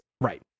Right